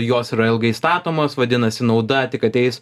jos yra ilgai statomos vadinasi nauda tik ateis